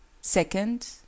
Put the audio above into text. second